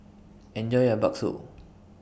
Enjoy your Bakso